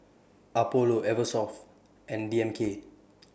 Apollo Eversoft and D M K